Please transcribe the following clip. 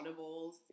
audibles